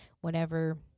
whenever